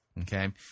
Okay